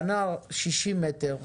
בנה 60 מטר,